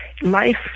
life